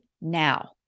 now